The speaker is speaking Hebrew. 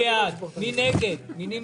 51. מי בעד, מי נגד, מי נמנע?